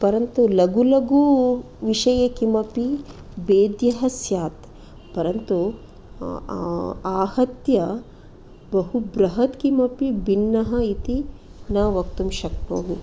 परन्तु लघु लघु विषये किमपि भेदः स्यात् परन्तु आहत्य बहु बृहद् किमपि भिन्नः इति न वक्तुं शक्नोमि